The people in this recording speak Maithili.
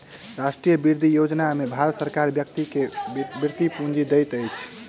राष्ट्रीय वृति योजना में भारत सरकार व्यक्ति के वृति पूंजी दैत अछि